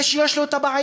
זה שיש לו את הבעיה,